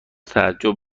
تعجب